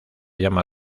llama